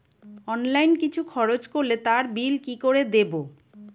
Online কিছু খরচ করলে তার বিল কি করে দেবো?